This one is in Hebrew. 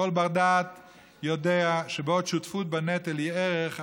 "כל בר-דעת יודע שבעוד ששותפות בנטל היא ערך,